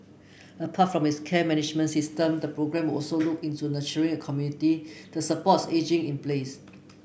apart from its care management system the programme will also look into nurturing a community that supports ageing in place